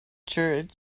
church